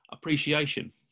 Appreciation